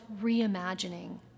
reimagining